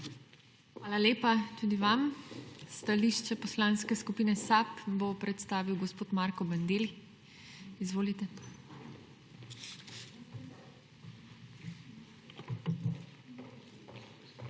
Hvala lepa tudi vam. Stališče Poslanske skupine SAB bo predstavil gospod Marko Bandelli. Izvolite. MARKO